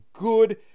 good